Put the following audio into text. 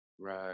Right